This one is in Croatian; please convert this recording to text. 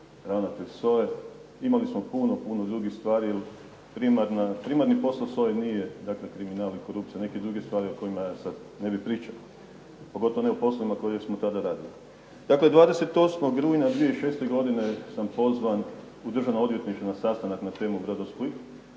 ravnatelj SOA-e. Imali smo puno, puno drugih stvari, jer primarni posao SOA-e nije dakle kriminal, i korupcija neke druge stvari o kojima ja sad ne bih pričao. Pogotovo ne o poslovima koje smo tada radili. Dakle 28. rujna 2006. godine sam pozvan u Državno odvjetništvo na sastanak na temu "Brodosplit"